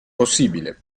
possibile